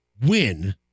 win